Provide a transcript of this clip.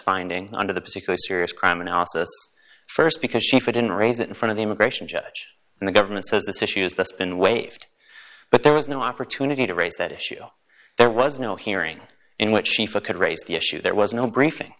finding under the particular serious crime analysis st because she fit in raise it in front of the immigration judge and the government says this issues that's been waived but there was no opportunity to raise that issue there was no hearing in which schieffer could raise the issue there was no briefing